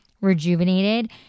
rejuvenated